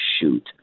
shoot